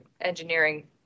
engineering